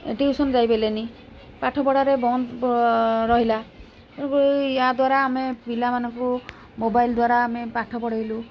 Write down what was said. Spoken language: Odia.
ଟିଉସନ ଯାଇପାରିଲେନି ପାଠପଢ଼ାରେ ବନ୍ଦ ରହିଲା ଏହା ଦ୍ୱାରା ଆମେ ପିଲାମାନଙ୍କୁ ମୋବାଇଲ୍ ଦ୍ୱାରା ଆମେ ପାଠ ପଢ଼ାଇଲୁ